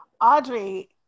Audrey